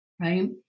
Right